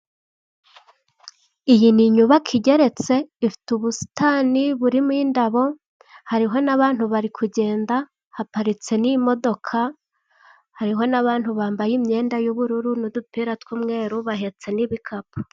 Iyi ni inyubako igeretse ifite ubusitani burimo indabo, hariho n'abantu bari kugenda haparitse n'imodoka, hariho n'abantu bambaye imyenda y'ubururu n'udupira tw'umweru bahetse n'ibikapu.